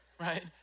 Right